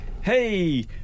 hey